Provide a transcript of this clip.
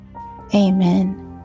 Amen